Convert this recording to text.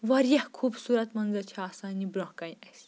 واریاہ خوٗبصوٗرت منظر چھِ آسان یہِ برونٛہہ کَنہِ اَسہِ